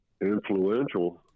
influential